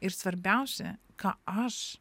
ir svarbiausia ką aš